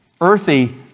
earthy